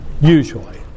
Usually